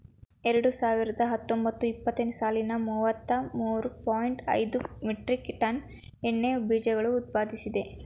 ಎರಡು ಸಾವಿರದ ಹತ್ತೊಂಬತ್ತು ಇಪ್ಪತ್ತನೇ ಸಾಲಿನಲ್ಲಿ ಮೂವತ್ತ ಮೂರು ಪಾಯಿಂಟ್ ಐದು ಮೆಟ್ರಿಕ್ ಟನ್ ಎಣ್ಣೆ ಬೀಜಗಳನ್ನು ಉತ್ಪಾದಿಸಿದೆ